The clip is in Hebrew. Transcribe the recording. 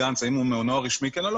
האם הוא מעונו הרשמי כן או לא,